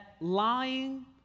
lying